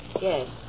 Yes